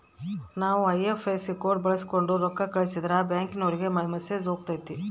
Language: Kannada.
ನಾವು ಐ.ಎಫ್.ಎಸ್.ಸಿ ಕೋಡ್ ಬಳಕ್ಸೋಂಡು ರೊಕ್ಕ ಕಳಸಿದ್ರೆ ಆ ಬ್ಯಾಂಕಿನೋರಿಗೆ ಮೆಸೇಜ್ ಹೊತತೆ